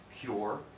pure